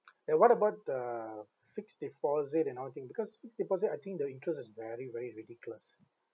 uh what about uh fixed deposit another thing because fixed deposit I think the interest is very very ridiculous